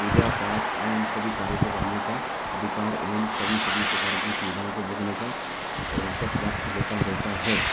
पूजा पाठ एवं सभी कार्य को करने का अधिकार एवं सभी सभी प्रकार की सुविधाओं को भोगने का अवसर प्राप्त होता रहता है